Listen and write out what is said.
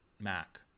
Mac